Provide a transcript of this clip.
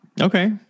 Okay